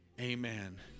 Amen